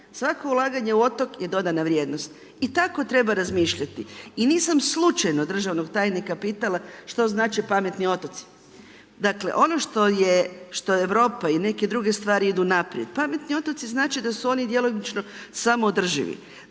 Svako ulaganje u otok je dodana vrijednost i tako treba razmišljati. I nisam slučajno državnog tajnika pitala što znače pametni otoci. Dakle, ono što Europa i neke druge stvari idu naprijed, .../Govornik se ne razumije./... znači da su oni djelomično samoodrživi,